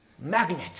Magnet